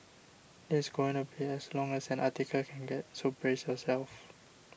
this is going to be as long as an article can get so brace yourself